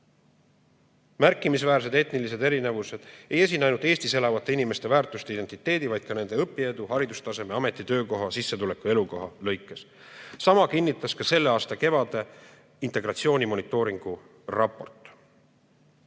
Märkimisväärsed etnilised erinevused ei esine ainult Eestis elavate inimeste väärtuste ja identiteedi, vaid ka nende õpiedu, haridustaseme, ameti, töökoha, sissetuleku ja elukoha lõikes." Sama kinnitas ka selle aasta kevade integratsioonimonitooringu raport.